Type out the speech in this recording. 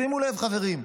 שימו לב, חברים.